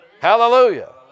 Hallelujah